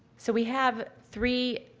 so, we have three,